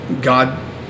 God